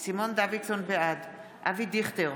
בעד אבי דיכטר,